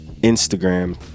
Instagram